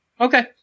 okay